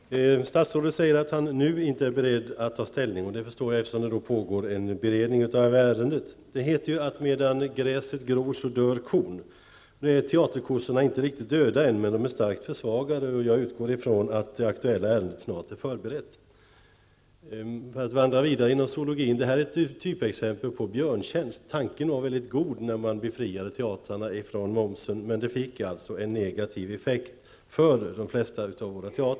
Fru talman! Statsrådet säger att han nu inte är beredd att ta ställning i frågan. Jag förstår att det beror på att det nu pågår en beredning av ärendet. Medan gräset gror dör kon. Nu är teaterkossorna inte riktigt döda än, men de är starkt försvagade. Jag utgår från att det aktuella ärendet snart är färdigberett. Detta är ett typexempel på en björntjänst. Tanken var god när teatrarna befriades från momsen. Men det fick en negativ effekt för de flesta av teatrarna.